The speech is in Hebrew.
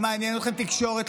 לא מעניינת אתכם התקשורת,